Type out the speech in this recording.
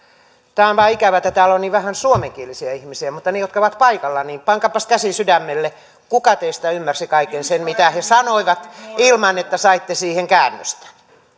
tämä vain on ikävää että täällä on niin vähän suomenkielisiä ihmisiä mutta ne jotka ovat paikalla niin pankaapas käsi sydämelle kuka teistä ymmärsi kaiken sen mitä he sanoivat ilman että saitte siihen käännöstä